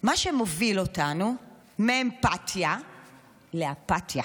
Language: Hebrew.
מה שמוביל אותנו מאמפתיה לאפתיה.